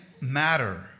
matter